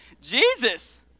Jesus